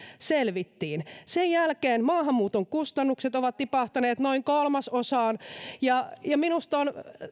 selvittiin sen jälkeen maahanmuuton kustannukset ovat tipahtaneet noin kolmasosaan minusta on